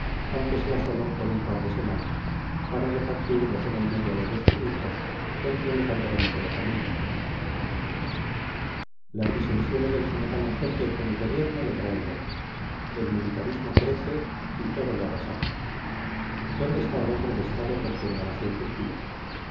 aunque sea sólo por un par de semanas para repartir docena y media de destinitos entre los hambrones de la familia las disensiones del general en jefe con el gobierno le traen loco el militarismo crece y todo lo avasalla dónde está el hombre de estado por quien la nación suspira